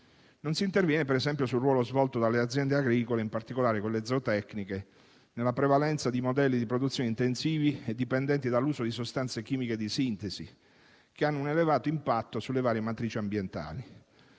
Non si interviene - per esempio - sul ruolo svolto dalle aziende agricole, in particolare quelle zootecniche, nella prevalenza di modelli di produzione intensivi e dipendenti dall'uso di sostanze chimiche di sintesi, che hanno un elevato impatto sulle varie matrici ambientali.